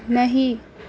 نہیں